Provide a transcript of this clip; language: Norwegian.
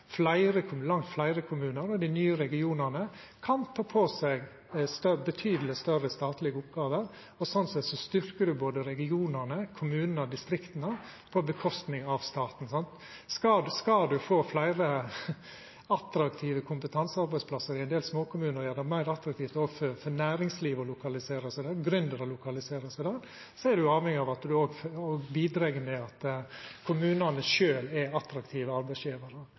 kommunar og dei nye regionane, kan ta på seg betydeleg større statlege oppgåver, og sånn sett styrkjer ein både regionane, kommunane og distrikta på kostnad av staten. Skal ein få fleire attraktive kompetansearbeidsplassar i ein del småkommunar og gjera det meir attraktivt for næringslivet og gründerar å lokalisera seg der, er ein avhengig av å bidra til at kommunane sjølve er attraktive arbeidsgjevarar. Det er kommunereforma og